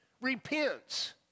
repents